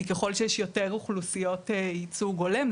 כי ככל שיש יותר אוכלוסיות ייצוג הולם,